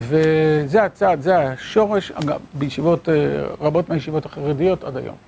וזה הצעד, זה השורש, אגב, בישיבות, רבות מהישיבות החרדיות עד היום.